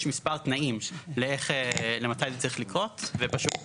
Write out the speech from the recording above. יש מספר תנאים למתי זה צריך לקרות וישנה